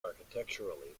architecturally